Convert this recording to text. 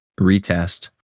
retest